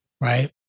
right